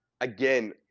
again